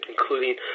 including